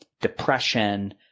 depression